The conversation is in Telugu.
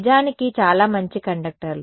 నిజానికి చాలా మంచి కండక్టర్లు